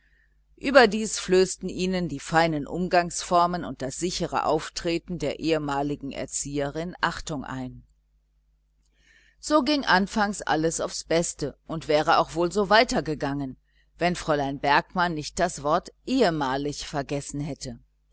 überdies flößten ihnen die feinen umgangsformen und das sichere auftreten der ehemaligen erzieherin achtung ein so ging anfangs alles aufs beste und wäre auch wohl so weiter gegangen wenn fräulein bergmann nicht das wort ehemalig vergessen hätte